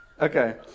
okay